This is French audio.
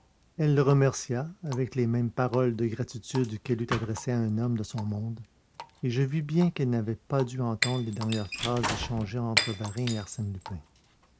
elle le remercia avec les mêmes paroles de gratitude qu'elle eût adressées à un homme de son monde et je vis bien qu'elle n'avait pas dû entendre les dernières phrases échangées entre varin et arsène lupin